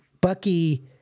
Bucky